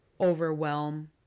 overwhelm